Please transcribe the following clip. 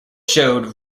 showed